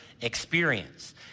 experience